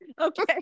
Okay